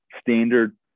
standard